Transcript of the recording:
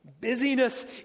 Busyness